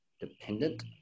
dependent